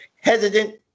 hesitant